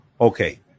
Okay